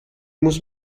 muss